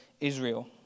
Israel